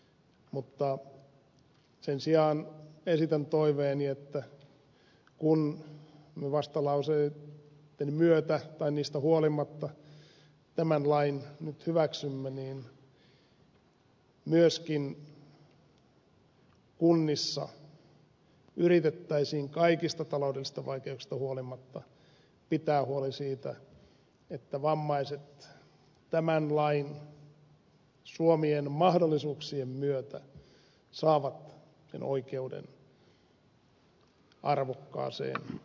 mutta sen sijaan esitän toiveeni että kun me vastalauseitten myötä tai niistä huolimatta tämän lain nyt hyväksymme niin myöskin kunnissa yritettäisiin kaikista taloudellisista vaikeuksista huolimatta pitää huoli siitä että vammaiset tämän lain suomien mahdollisuuksien myötä saavat sen oikeuden arvokkaaseen elämään